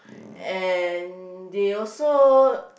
and they also